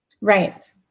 right